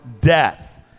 death